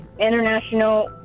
International